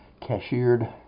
cashiered